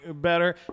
better